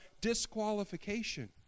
disqualification